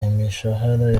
imishahara